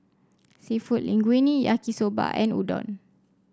seafood Linguine Yaki Soba and Udon